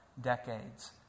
decades